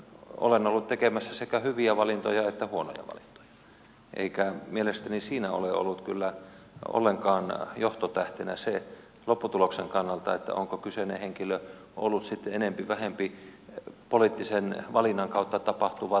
olen ollut tekemässä sekä hyviä valintoja että huonoja valintoja eikä mielestäni siinä ole ollut kyllä ollenkaan johtotähtenä lopputuloksen kannalta se onko kyseiseen henkilöön päädytty sitten enempi tai vähempi poliittisen valinnan kautta vai sitten muuten